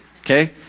Okay